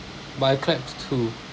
but I clapped too